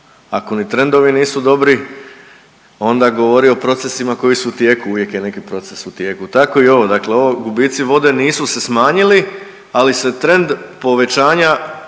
ako ni trendovi nisu dobri onda govori o procesima koji su u tijeku, uvijek je neki proces u tijeku. Tako i ovo, dakle ovo gubici vode nisu se smanjili ali se trend povećanja